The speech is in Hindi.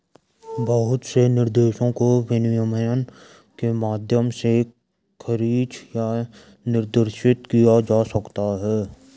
बहुत से निर्देशों को विनियमन के माध्यम से खारिज या निर्देशित किया जा सकता है